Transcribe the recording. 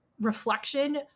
reflection